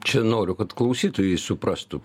čia noriu kad klausytojai suprastų